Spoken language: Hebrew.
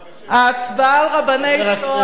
ההצבעה על רבני "צהר".